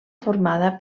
formada